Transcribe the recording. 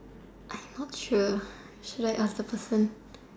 I not sure should I ask the person